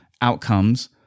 outcomes